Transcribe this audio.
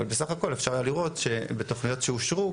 אבל בסך הכל אפשר היה לראות שבתוכניות שאושרו,